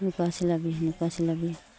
এনেকুৱা চিলাবি সেনেকুৱা চিলাবি